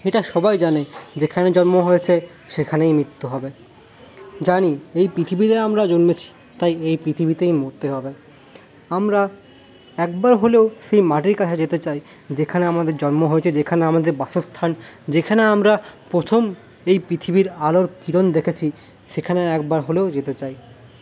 এটা সবাই জানে যেখানে জন্ম হয়েছে সেখানেই মৃত্যু হবে জানি এই পৃথিবীতে আমরা জন্মেছি তাই এই পৃথিবীতেই মরতে হবে আমরা একবার হলেও সেই মাটির কাছে যেতে চাই যেখানে আমাদের জন্ম হয়েছে যেখানে আমাদের বাসস্থান যেখানে আমরা প্রথম এই পৃথিবীর আলোর কিরণ দেখেছি সেখানে একবার হলেও যেতে চাই